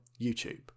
YouTube